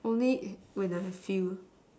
only when I feel